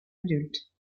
adulte